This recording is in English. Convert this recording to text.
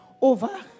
over